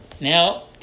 Now